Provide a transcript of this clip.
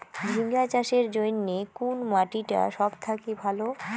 ঝিঙ্গা চাষের জইন্যে কুন মাটি টা সব থাকি ভালো?